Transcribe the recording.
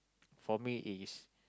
for me is